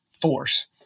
force